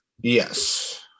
Yes